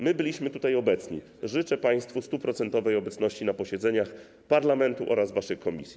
My byliśmy tutaj obecni, życzę państwu 100-procentowej obecności na posiedzeniach parlamentu oraz waszych komisji.